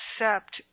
accept